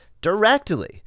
directly